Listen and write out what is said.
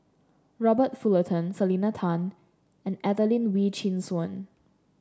Robert Fullerton Selena Tan and Adelene Wee Chin Suan